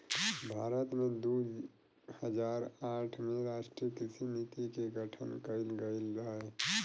भारत में दू हज़ार आठ में राष्ट्रीय कृषि नीति के गठन कइल गइल रहे